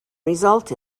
result